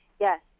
Yes